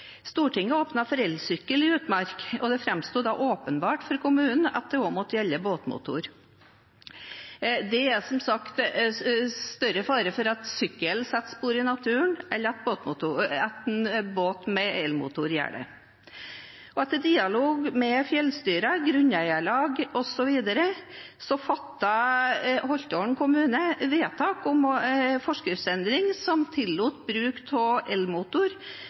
Stortinget åpnet for elsykkel i utmark, og det framsto da som åpenbart for kommunen at dette også måtte gjelde båtmotor. Det er som sagt større fare for at sykkel setter spor i naturen enn at en båt med elmotor gjør det. Etter dialog med fjellstyre og grunneierlag osv. fattet Holtålen kommune vedtak om forskriftsendring som tillot bruk av elmotor